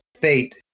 fate